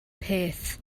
peth